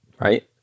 right